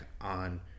on